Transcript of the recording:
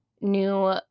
new